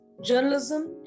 Journalism